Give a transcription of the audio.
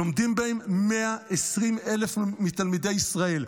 לומדים בהם 120,000 מתלמידי ישראל,